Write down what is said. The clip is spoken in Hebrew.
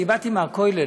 אני באתי מהכולל,